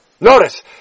Notice